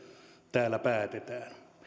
täällä päätetään